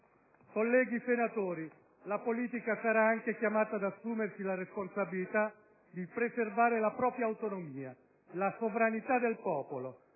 sovranità del popolo,